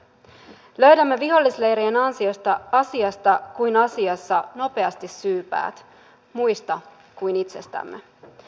löydämme vihollisleirien ansiosta asiasta kuin asiasta nopeasti syypäät muista kuin itsestämme